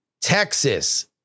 Texas